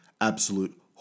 absolute